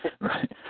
right